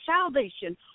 salvation